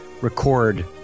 record